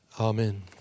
Amen